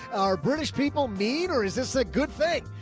are british people mean, or is this a good thing?